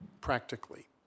practically